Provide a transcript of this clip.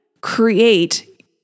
create